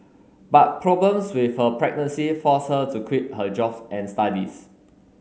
but problems with her pregnancy forced her to quit her jobs and studies